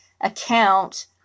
account